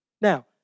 Now